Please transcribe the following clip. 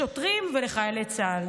לשוטרים וחיילי צה"ל.